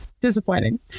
disappointing